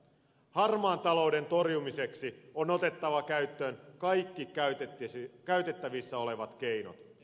harmaan talouden torjumiseksi on otettava käyttöön kaikki käytettävissä olevat keinot